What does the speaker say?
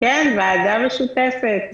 ועדה משותפת.